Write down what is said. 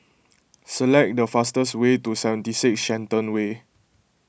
select the fastest way to seventy six Shenton Way